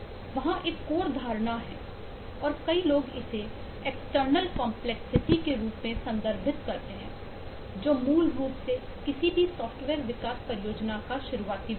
वहाँ एक कोर धारणा है और कई लोग इसे एक्सटर्नल कंपलेक्सिटी के रूप में संदर्भित करते हैं जो मूल रूप से किसी भी सॉफ्टवेयर विकास परियोजना का शुरुआती बिंदु है